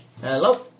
Hello